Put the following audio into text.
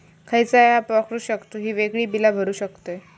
खयचा ऍप वापरू शकतू ही सगळी बीला भरु शकतय?